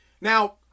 Now